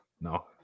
No